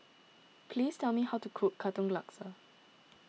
please tell me how to cook Katong Laksa